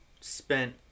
spent